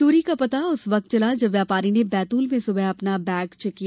चोरी का पता उस वक्त चला जब व्यापारी ने बैतूल में सुबह अपना बैग चैक किया